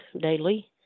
daily